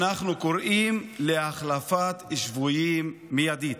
אנחנו קוראים להחלפת שבויים מיידית.